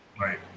Right